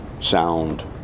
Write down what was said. sound